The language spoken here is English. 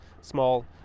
small